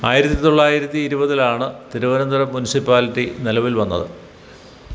ആയിരത്തി തൊള്ളായിരത്തി ഇരുപതിലാണ് തിരുവനന്തപുരം മുനിസിപ്പാലിറ്റി നിലവിൽ വന്നത്